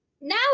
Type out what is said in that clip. now